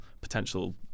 potential